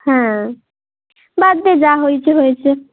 হ্যাঁ বাদ দে যা হয়েছে হয়েছে